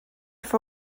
for